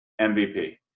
MVP